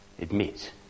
admit